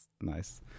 nice